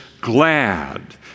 glad